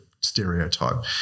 stereotype